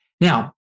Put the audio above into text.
Now